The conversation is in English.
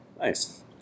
Nice